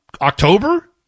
October